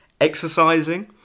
exercising